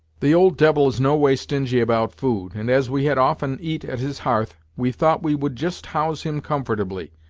the old devil is no way stingy about food, and as we had often eat at his hearth, we thought we would just house him comfortably,